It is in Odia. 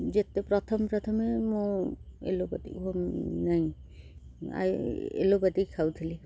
ଯେତେ ପ୍ରଥମେ ପ୍ରଥମେ ମୁଁ ଏଲୋପାତି ନାଇଁ ଏଲୋପାତି ଖାଉଥିଲି